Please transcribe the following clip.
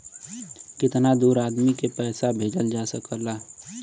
कितना दूर आदमी के पैसा भेजल जा सकला?